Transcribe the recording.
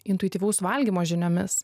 intuityvaus valgymo žiniomis